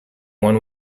one